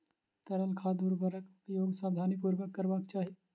तरल खाद उर्वरकक उपयोग सावधानीपूर्वक करबाक चाही